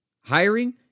Hiring